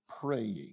praying